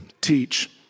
teach